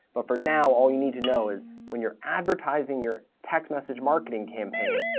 but for now, all you need to know is when you're advertising your text message marketing campaign,